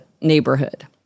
neighborhood